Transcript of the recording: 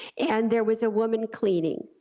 and there was a woman cleaning.